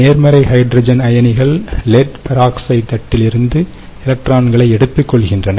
நேர்மறை ஹைட்ரஜன் அயனிகள் லெட்பெராக்சைடு தட்டிலிருந்து எலக்ட்ரான்களைக் எடுத்துக்கொள்கின்றன